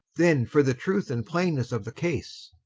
then for the truth, and plainnesse of the case,